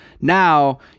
now